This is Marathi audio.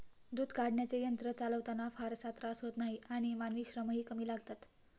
दूध काढण्याचे यंत्र चालवताना फारसा त्रास होत नाही आणि मानवी श्रमही कमी लागतात